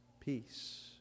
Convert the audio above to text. Peace